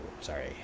Sorry